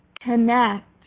connect